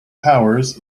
powers